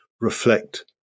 reflect